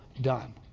done